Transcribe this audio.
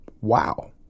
Wow